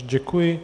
Děkuji.